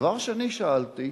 דבר שני, שאלתי,